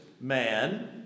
man